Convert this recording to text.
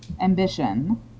ambition